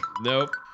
Nope